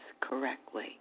correctly